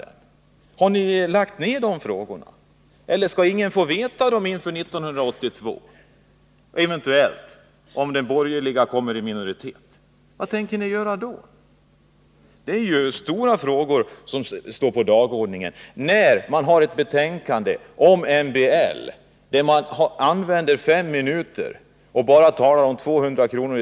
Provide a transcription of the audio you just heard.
Har SAP nu lagt ned dessa frågor? Eller skall ingen inför 1982 få veta vad socialdemokraterna tänker göra om de borgerliga eventuellt kommer i minoritet? Detta betänkande om MBL innehåller ju stora frågor. Men här använder Sune Johansson fem minuter och talar bara om 200 kr.